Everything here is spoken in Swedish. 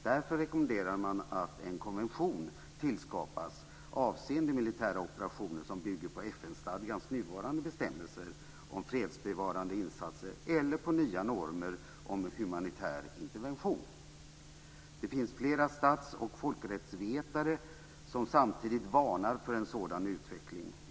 Därför rekommenderar man att en konvention tillskapas avseende militära operationer som bygger på FN-stadgans nuvarande bestämmelser om fredsbevarande insatser eller på nya normer om humanitär intervention. Det finns flera stats och folkrättsvetare som samtidigt varnar för en sådan utveckling.